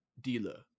dealer